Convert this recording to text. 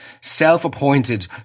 self-appointed